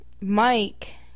Mike